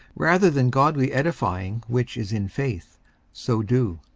rather than godly edifying which is in faith so do.